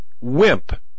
wimp